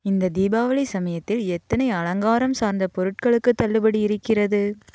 இந்த தீபாவளி சமயத்தில் எத்தனை அலங்காரம் சார்ந்த பொருட்களுக்கு தள்ளுபடி இருக்கிறது